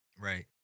Right